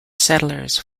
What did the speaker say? settlers